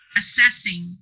assessing